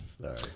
Sorry